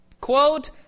Quote